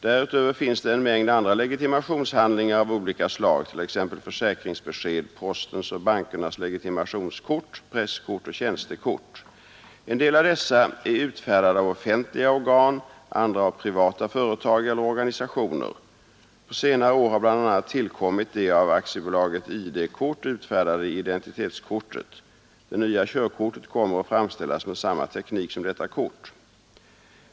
Därutöver finns det en mängd andra legitimationshandlingar av olika slag, t.ex. försäkringsbesked, postens och bankernas legitimationskort, presskort och tjänstekort. En del av dessa är utfärdade av offentliga organ, andra av privata företag eller organisationer. På senare år har bl.a. tillkommit det av AB ID-kort utfärdade identitetskortet. Det nya körkortet kommer att framställas med samma teknik som detta kort.